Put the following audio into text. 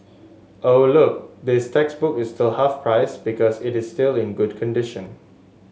oh look this textbook is still half price because it is still in good condition